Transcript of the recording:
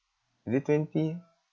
is it twenty